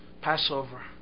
Passover